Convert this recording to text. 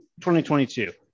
2022